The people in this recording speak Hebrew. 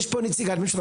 יש פה נציג ממשלה,